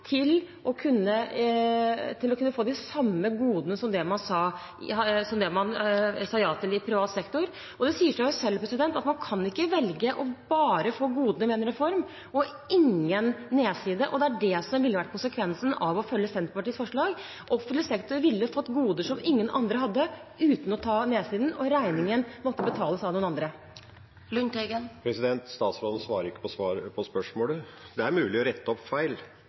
til å kunne få de samme godene som det man sa ja til i privat sektor. Det sier seg selv at man ikke kan velge bare å få goder ved en reform og ingen nedside. Det er det som ville vært konsekvensen av å følge Senterpartiets forslag. Offentlig sektor ville fått goder som ingen andre hadde, uten å ta nedsiden, og regningen måtte betales av noen andre. Statsråden svarer ikke på spørsmålet. Det er mulig å rette opp feil,